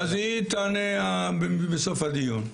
אז היא תענה בסוף הדיון.